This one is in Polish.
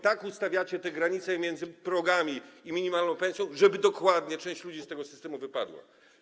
Tak ustawiacie te granice między progami i minimalną pensją, żeby część ludzi z tego systemu wypadła.